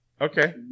Okay